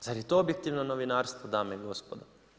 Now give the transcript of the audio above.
Zar je to objektivno novinarstvo dame i gospodo?